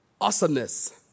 awesomeness